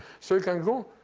so you can go